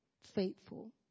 faithful